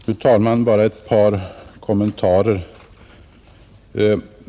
Fru talman! Bara ett par kommentarer.